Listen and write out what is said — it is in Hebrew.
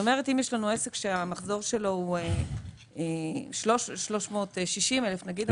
כלומר אם יש עסק שהמחזור שלו הוא 360,000 שקל-